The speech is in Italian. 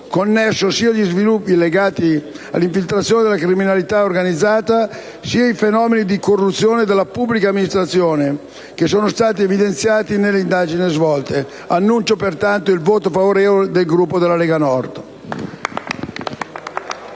connesso sia agli sviluppi legati alle infiltrazioni della criminalità organizzata, sia ai fenomeni di corruzione della pubblica amministrazione che sono stati evidenziati nelle indagini svolte. Annuncio pertanto il voto favorevole del Gruppo della Lega Nord.